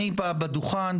בדוכן,